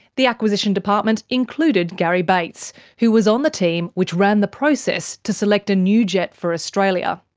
the acquisition department included garry bates, who was on the team which ran the process to select a new jet for australia.